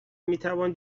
میتوان